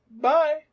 Bye